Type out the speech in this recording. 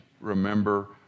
Remember